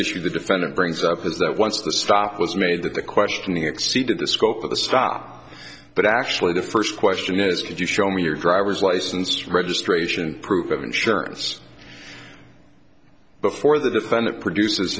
issue the defendant brings up is that once the stop was made that the questioning exceeded the scope of the stop but actually the first question is could you show me your driver's license registration proof of insurance before the defendant produce